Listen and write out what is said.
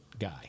guy